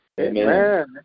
Amen